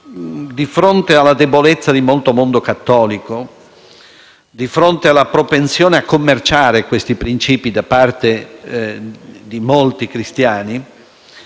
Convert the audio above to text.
di fronte alla debolezza di gran parte del mondo cattolico e di fronte alla propensione a commerciare questi principi da parte di molti cristiani,